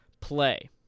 play